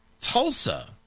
Tulsa